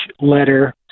letter